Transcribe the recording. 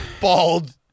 bald